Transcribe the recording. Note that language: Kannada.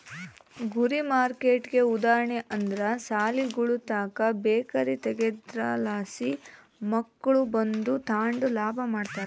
ಗುರಿ ಮಾರ್ಕೆಟ್ಗೆ ಉದಾಹರಣೆ ಅಂದ್ರ ಸಾಲಿಗುಳುತಾಕ ಬೇಕರಿ ತಗೇದ್ರಲಾಸಿ ಮಕ್ಳು ಬಂದು ತಾಂಡು ಲಾಭ ಮಾಡ್ತಾರ